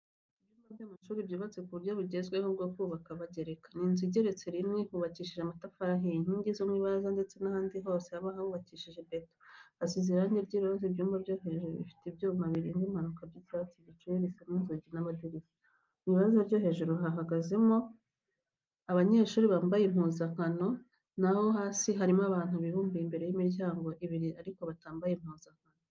Ibyumba by'amashuri byubatse ku buryo bugezweho, bwo kubaka bagereka. Ni inzu igeretse rimwe. yubakishije amatafari ahiye. Inkingi zo mu ibaraza ndetse n'ahandi hose haba hubakishije beto, hasize irangi ry'iroza. Ibyumba byo hejuru bifite ibyuma birinda impanuka by'icyatsi gicuye bisa n'inzugi n'amadirishya. Mu ibaraza ryo hejuru hahagazemo abanyeshuri bambaye impuzankano, naho hasi hari abantu hibumbiye imbere y'imiryango ibiri ariko batambaye impuzankano.